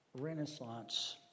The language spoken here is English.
Renaissance